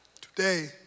today